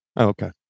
Okay